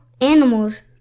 animals